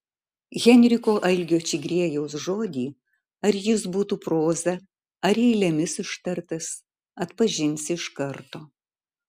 henriko algio čigriejaus žodį ar jis būtų proza ar eilėmis ištartas atpažinsi iš karto